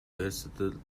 versatile